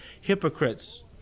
hypocrites